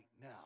now